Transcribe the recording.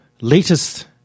latest